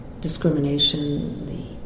discrimination